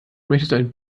möchtest